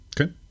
Okay